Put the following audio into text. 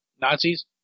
Nazis